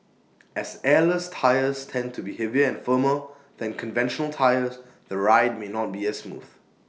as airless tyres tend to be heavier and firmer than conventional tyres the ride may not be as smooth